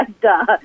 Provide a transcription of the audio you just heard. duh